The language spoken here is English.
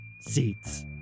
seats